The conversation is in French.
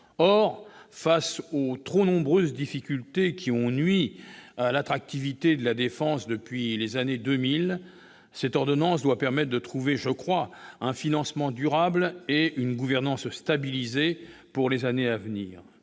Face aux trop nombreuses difficultés qui ont nui à l'attractivité de La Défense depuis les années 2000, cette ordonnance doit permettre de trouver un financement durable et une gouvernance stabilisée pour les années à venir.